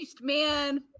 man